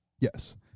Yes